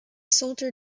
soldier